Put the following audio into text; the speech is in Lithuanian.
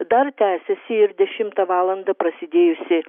dar tęsiasi ir dešimtą valandą prasidėjusi